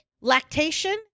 lactation